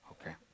Okay